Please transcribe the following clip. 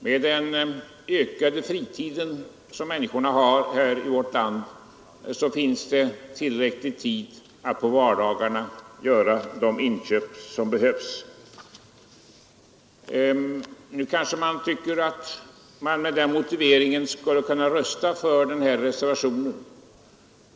Med den ökade fritid människorna har i vårt land finns det tillräcklig tid att på vardagarna göra de inköp som behövs. Nu kanske man tycker att jag med denna motivering skulle kunna rösta för den här reservationen.